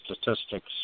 statistics